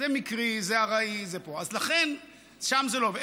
זה מקרי, זה ארעי, אז לכן, שם זה לא עובד.